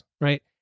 right